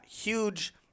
huge